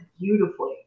beautifully